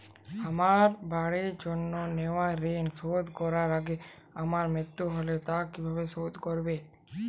আমার বাড়ির জন্য নেওয়া ঋণ শোধ করার আগে আমার মৃত্যু হলে তা কে কিভাবে শোধ করবে?